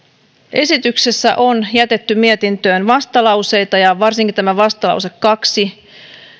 esityksessä on jätetty mietintöön vastalauseita ja varsinkin tämä vastalause kaksi